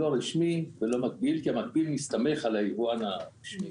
לא רשמי ולא מקביל כי המקביל מסתמך על היבואן הרשמי.